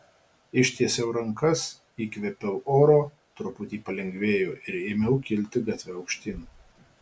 ištiesiau rankas įkvėpiau oro truputį palengvėjo ir ėmiau kilti gatve aukštyn